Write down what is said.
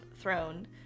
throne